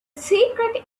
secret